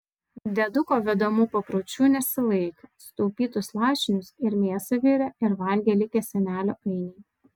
dieduko vedamų papročių nesilaikė sutaupytus lašinius ir mėsą virė ir valgė likę senelio ainiai